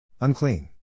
Unclean